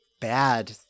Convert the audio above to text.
bad